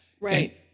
Right